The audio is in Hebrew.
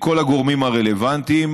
לכל הגורמים הרלוונטיים.